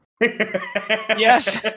Yes